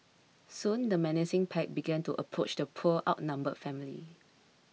soon the menacing pack began to approach the poor outnumbered family